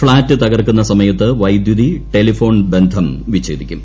flat തകർക്കുന്ന സമയത്ത് വൈദ്യൂതി ടെലിഫോൺ ബന്ധം വിച്ചേദിക്കും